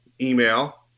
Email